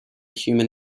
human